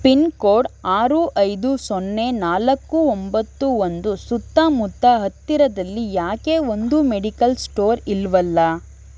pin code ಆರು ಐದು ಸೊನ್ನೆ ನಾಲ್ಕು ಒಂಬತ್ತು ಒಂದು ಸುತ್ತಮುತ್ತ ಹತ್ತಿರದಲ್ಲಿ ಯಾಕೆ ಒಂದೂ ಮೆಡಿಕಲ್ ಸ್ಟೋರ್ ಇಲ್ಲವಲ್ಲ